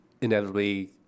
inevitably